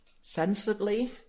Sensibly